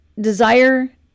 desire